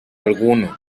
alguno